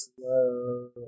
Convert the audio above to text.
slow